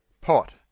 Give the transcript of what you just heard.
POT